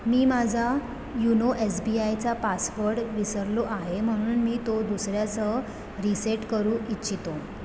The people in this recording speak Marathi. मी माझा युनो एस बी आयचा पासवर्ड विसरलो आहे म्हणून मी तो दुसऱ्यासह रिसेट करू इच्छितो